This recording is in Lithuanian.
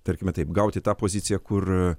tarkime taip gauti tą poziciją kur